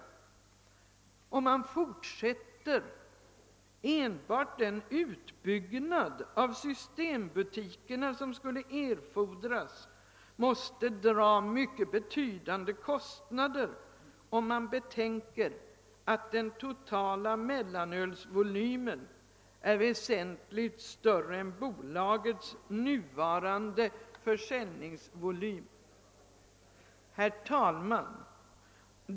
Utskottet fortsätter: >»Enbart den utbyggnad av systembutikerna som skulle erfordras måste dra betydande kostnader om man betänker att den totala mellanölsvolymen är väsentligt större än bolagets nuvarande försäljningsvolym. Herr talman!